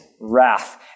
wrath